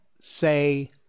say